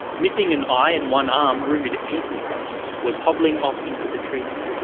missing an eye and one arm, rumoured eaten was hobbling off into the trees.